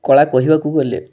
କଳା କହିବାକୁ ଗଲେ